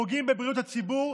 פוגעים בבריאות הציבור,